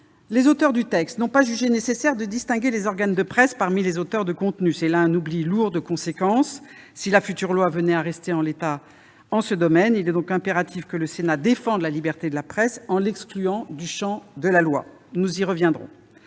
les auteurs du texte n'ont pas jugé nécessaire de distinguer les organes de presse parmi les auteurs de contenus. Ce serait un oubli lourd de conséquences, si la future loi restait en l'état en ce domaine. Il est donc impératif que le Sénat défende la liberté de la presse en l'excluant du champ de la loi. Nous y reviendrons.